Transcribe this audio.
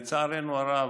לצערנו הרב,